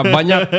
Banyak